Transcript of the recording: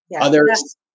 others